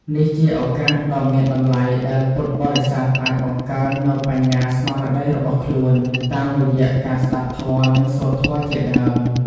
នេះជាឱកាសដ៏មានតម្លៃ ដែលពុទ្ធបរិស័ទអាចបង្កើននូវបញ្ញាស្មារតីរបស់ខ្លួន តាមរយៈការស្តាប់ធម៌ និងសូត្រធម៌ជាដើម។